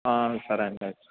సరే అండి అయితే